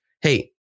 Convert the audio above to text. Hey